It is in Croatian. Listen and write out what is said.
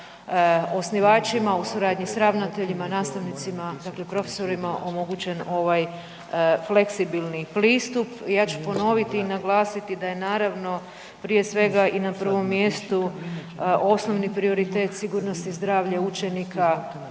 osnivačima, u suradnji s ravnateljima, nastavnicima dakle profesorima, omogućen ovaj fleksibilni pristup. Ja ću ponoviti i naglasiti da je naravno prije svega i na prvom mjestu osnovni prioritet sigurnost i zdravlje učenika